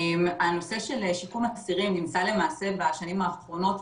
הנושא של שיקום האסירים נמצא למעשה בשנים האחרונות,